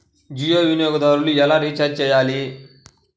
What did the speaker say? జియో వినియోగదారులు ఎలా రీఛార్జ్ చేయాలి?